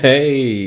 Hey